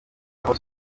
aha